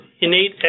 innate